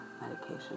medication